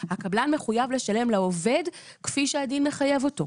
הקבלן מחויב לשלם לעובד כפי שהדין מחייב אותו.